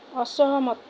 ଅସହମତ